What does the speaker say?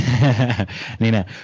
Nina